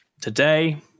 Today